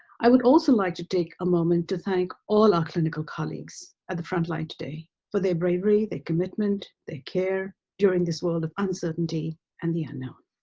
i would also like to take a moment to thank all our clinical colleagues at the front line today for their bravery, their commitment, their care during this world of uncertainty and the unknown.